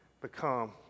become